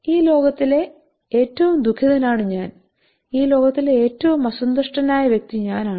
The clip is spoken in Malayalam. ഈ ലോകത്തിലെ ഏറ്റവും ദുഖിതനാണ് ഞാൻ ഈ ലോകത്തിലെ ഏറ്റവും അസന്തുഷ്ടനായ വ്യക്തി ഞാനാണ്